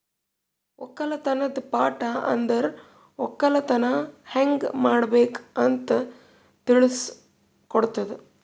ಒಕ್ಕಲತನದ್ ಪಾಠ ಅಂದುರ್ ಒಕ್ಕಲತನ ಹ್ಯಂಗ್ ಮಾಡ್ಬೇಕ್ ಅಂತ್ ತಿಳುಸ್ ಕೊಡುತದ